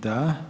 Da.